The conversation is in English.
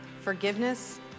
forgiveness